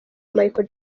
michael